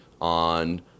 on